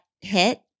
hit